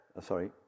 sorry